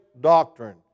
doctrine